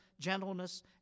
gentleness